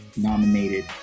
nominated